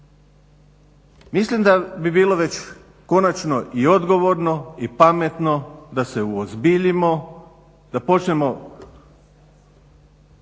Mislim da bi bilo već konačno i odgovorno i pametno da se uozbiljimo, da počnemo